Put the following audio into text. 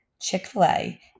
Chick-fil-A